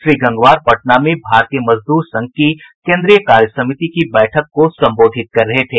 श्री गंगवार पटना में भारतीय मजदूर संघ की केंद्रीय कार्यसमिति की बैठक को संबोधित कर रहे थे